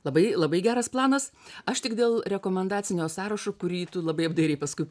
labai labai geras planas aš tik dėl rekomendacinio sąrašo kurį tu labai apdairiai paskui